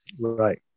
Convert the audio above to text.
right